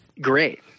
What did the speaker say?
great